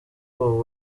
ubu